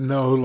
no